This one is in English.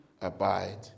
abide